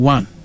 One